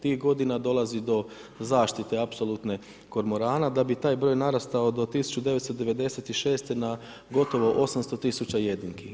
Tih godina dolazi do zaštite, apsolutne, kormorana da bi taj broj narastao do 1996. na gotovo 800 000 jedinki.